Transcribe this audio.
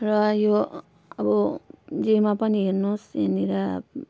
र यो अब जेमा पनि हेर्नुहोस् यहाँनिर